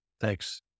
Thanks